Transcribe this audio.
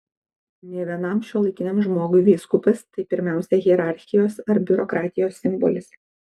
ne vienam šiuolaikiniam žmogui vyskupas tai pirmiausia hierarchijos ar biurokratijos simbolis